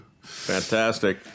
Fantastic